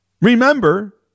remember